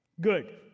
Good